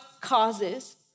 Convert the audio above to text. causes